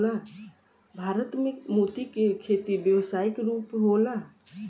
भारत में मोती के खेती व्यावसायिक रूप होला